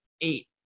eight